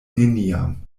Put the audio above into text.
neniam